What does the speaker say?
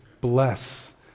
bless